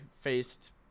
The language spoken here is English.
Faced